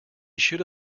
should